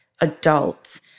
adults